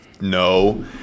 No